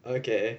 okay